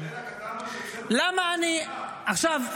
--- עכשיו,